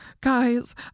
guys